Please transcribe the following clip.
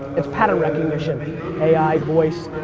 it's pattern recognition. ai, voice,